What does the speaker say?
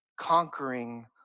conquering